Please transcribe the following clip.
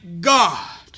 God